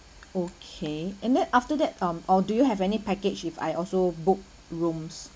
okay and then after that um or do you have any package if I also booked rooms